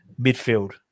midfield